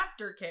aftercare